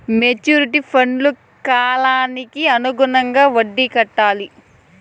maturity ఫండ్కు కాలానికి అనుగుణంగా వడ్డీ కట్టాలి